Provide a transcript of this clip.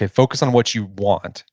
focus on what you want,